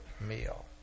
meal